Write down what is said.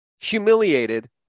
humiliated